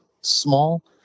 small